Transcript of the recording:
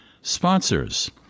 sponsors